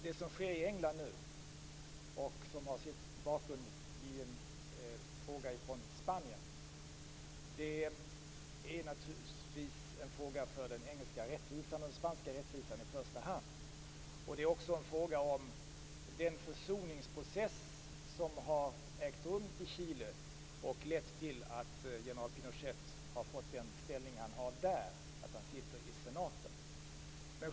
Det som sker i England, och som har sin bakgrund i en fråga från Spanien, är naturligtvis i första hand en fråga för den engelska rättvisan och den spanska rättvisan. Det är också en fråga om den försoningsprocess som har ägt rum i Chile och har lett till att general Pinochet har fått den ställning han har där, att han sitter i senaten.